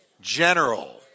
general